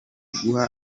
guha